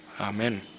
Amen